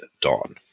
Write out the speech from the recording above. Dawn